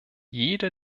jede